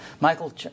Michael